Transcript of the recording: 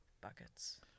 Buckets